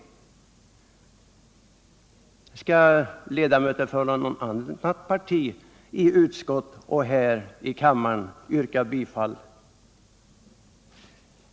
Skall ledamöter från något annat parti i utskott och här i kammaren yrka bifall?